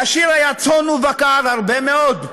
לעשיר היה צאן ובקר הרבה מאד.